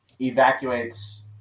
evacuates